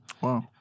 Wow